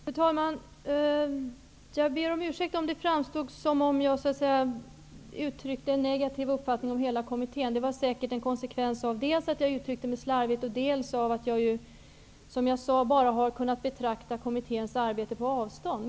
Fru talman! Jag ber om ursäkt, om det framstod som om jag uttryckte en negativ uppfattning om hela kommittén. Det var säkert en konsekvens dels av att jag uttryckte mig slarvigt, dels av att jag, som jag sade, bara har kunnat betrakta kommitténs arbete på avstånd.